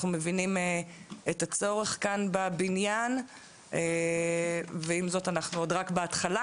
אנחנו מבינים את הצורך כאן בבניין ועם זאת אנחנו רק בהתחלה,